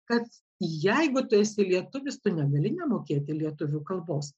kad jeigu tu esi lietuvis tu negali nemokėti lietuvių kalbos